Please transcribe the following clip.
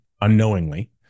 unknowingly